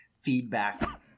feedback